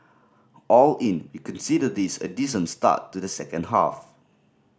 all in we consider this a decent start to the second half